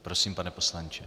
Prosím, pane poslanče.